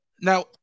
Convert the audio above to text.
Now